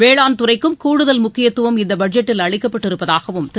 வேளாண் துறைக்கும் கூடுதல் முக்கியத்துவம் இந்த பட்ஜெட்டில் அளிக்கப்பட்டிருப்பதாகவும் திரு